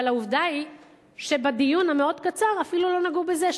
אבל העובדה היא שבדיון המאוד קצר אפילו לא נגעו בזה,